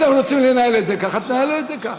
אתם רוצים לנהל את זה ככה, תנהלו את זה ככה.